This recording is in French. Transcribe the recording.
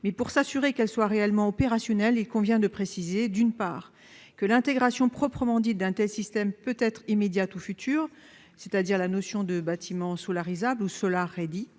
mais pour s'assurer qu'elle soit réellement opérationnel, il convient de préciser, d'une part que l'intégration proprement dit, d'un tel système peut être immédiate ou future, c'est-à-dire la notion de bâtiment sous Larisa Blue Solar Eddy,